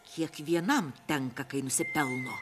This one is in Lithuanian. kiekvienam tenka kai nusipelno